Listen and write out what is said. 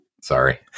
Sorry